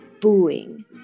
booing